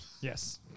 Yes